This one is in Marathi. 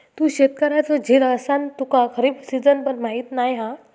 तू शेतकऱ्याचो झील असान तुका खरीप सिजन पण माहीत नाय हा